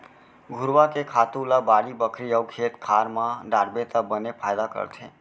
घुरूवा के खातू ल बाड़ी बखरी अउ खेत खार म डारबे त बने फायदा करथे